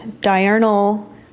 diurnal